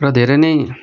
र धेरै नै